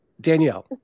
Danielle